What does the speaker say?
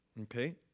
okay